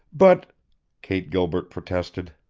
but kate gilbert protested.